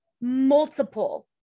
multiple